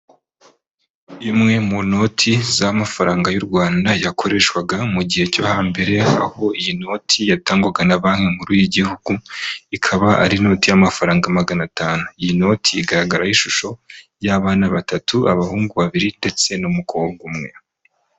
Imwe mu noti z'amafaranga y'u Rwanda yakoreshwaga mu gihe cyo hambere, aho iyi noti yatangwaga na banki nkuru y'igihugu, ikaba ari inoti y'amafaranga magana atanu. Iyi noti igaragaraho ishusho y'abana batatu, abahungu babiri ndetse n'umukobwa umwe.